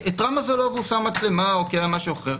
-- איתרע מזלו והוא שם מצלמה או משהו אחר,